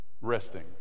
resting